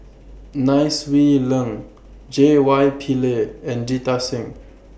Nai Swee Leng J Y Pillay and Jita Singh